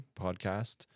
podcast